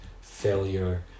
failure